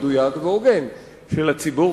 מדויק והוגן של הציבור,